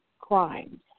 crimes